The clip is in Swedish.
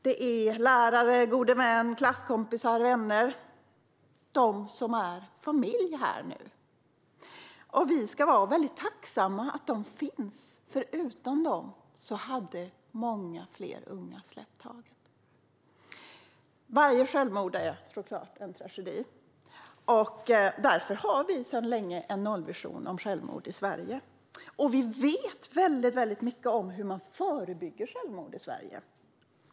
Det är lärare, gode män, klasskompisar, vänner - de som nu är familj här. Vi ska vara väldigt tacksamma för att de finns, för utan dem hade många fler unga släppt taget. Varje självmord är såklart en tragedi. Därför har vi sedan länge en nollvision om självmord i Sverige, och vi vet väldigt mycket om hur man förebygger självmord i Sverige.